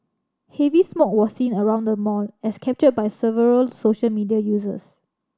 heavy smoke was seen around the mall as captured by several social media users